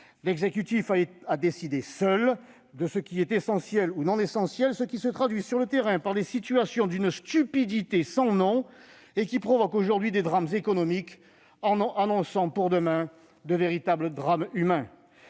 L'exécutif a décidé seul de ce qui est essentiel ou non essentiel, ce qui se traduit, sur le terrain, par des situations d'une stupidité sans nom et par des drames économiques annonçant pour demain de véritables drames humains.